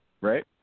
Right